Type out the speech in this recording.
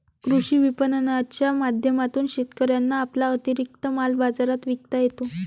कृषी विपणनाच्या माध्यमातून शेतकऱ्यांना आपला अतिरिक्त माल बाजारात विकता येतो